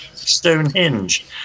Stonehenge